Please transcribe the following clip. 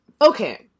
Okay